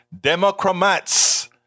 Democrats